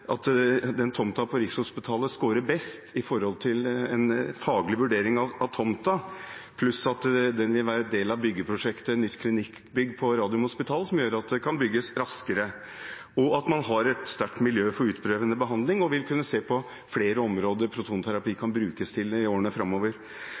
på Rikshospitalet scorer høyest i en faglig vurdering, pluss at den vil være en del av byggeprosjektet med nytt klinikkbygg på Radiumhospitalet. Det gjør at det kan bygges raskere, man har et sterkt miljø for utprøvende behandling og vil kunne se på flere områder protonterapi